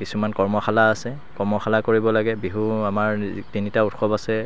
কিছুমান কৰ্মশালা আছে কৰ্মশালা কৰিব লাগে বিহু আমাৰ যি তিনিটা উৎসৱ আছে